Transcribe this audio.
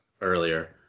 earlier